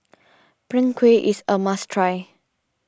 Png Kueh is a must try